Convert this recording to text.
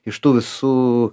iš tų visų